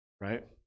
Right